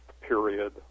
period